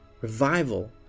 Revival